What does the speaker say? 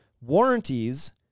warranties